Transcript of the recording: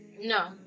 No